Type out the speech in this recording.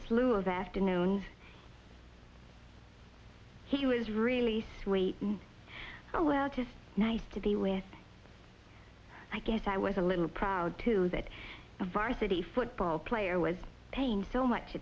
slew of afternoons he was really sweet and well just nice to be with i guess i was a little proud too that a varsity football player was paying so much